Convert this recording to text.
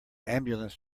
ambulance